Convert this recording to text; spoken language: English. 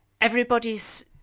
everybody's